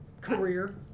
career